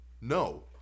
No